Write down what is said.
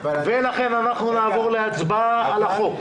שכרגע נמצאת באבטלה